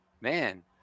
Man